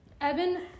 Evan